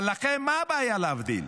אבל לכם, מה הבעיה להבדיל?